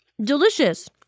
Delicious